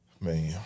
Man